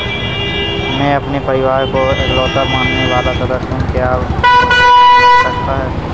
मैं अपने परिवार का इकलौता कमाने वाला सदस्य हूँ क्या मुझे ऋण मिल सकता है?